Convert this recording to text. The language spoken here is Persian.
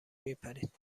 میپرید